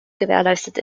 gewährleistet